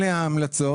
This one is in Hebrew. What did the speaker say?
אלה ההמלצות,